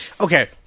Okay